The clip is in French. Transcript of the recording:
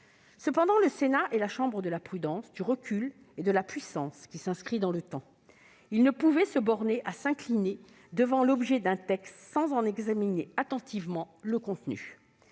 Cependant, le Sénat est la chambre de la prudence, du recul et de la puissance qui s'inscrit dans le temps. Il ne pouvait se borner à s'incliner devant l'objet d'un texte sans en examiner attentivement le contenu.